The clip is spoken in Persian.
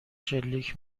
شلیک